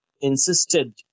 insisted